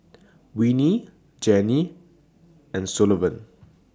Winnie Jennie and Sullivan